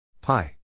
Pi